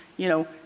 you know,